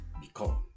become